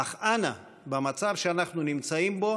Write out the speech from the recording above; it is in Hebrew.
אך אנא, במצב שאנו נמצאים בו